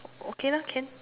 okay lah can